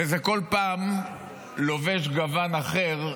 וזה כל פעם לובש גוון אחר,